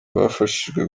bafashijwe